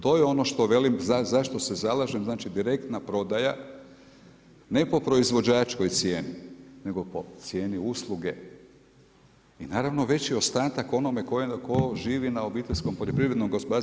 To je ono što velim, zašto se zalažem znači direktna prodaja, ne po proizvođačkoj cijeni nego po cijeni usluge i naravno veći ostatak onome tko živi na obiteljskom poljoprivrednom gospodarstvu.